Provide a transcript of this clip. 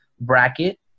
bracket